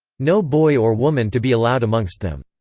no boy or woman to be allowed amongst them.